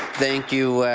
thank you,